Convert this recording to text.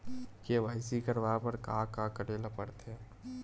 KYC करवाय बर का का करे ल पड़थे?